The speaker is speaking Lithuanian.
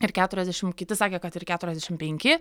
ir keturiasdešimt kiti sakė kad ir keturiasdešimt penki